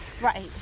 Right